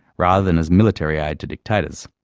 rather than as military aid to dictators,